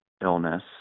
illness